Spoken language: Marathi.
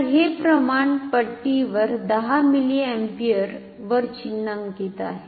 तर हे प्रमाण पट्टीवर 10 मिलिअम्पियर वर चिन्हांकित आहे